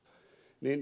mutta ed